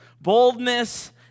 Boldness